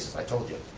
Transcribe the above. i told ya.